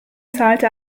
zahlte